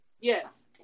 Yes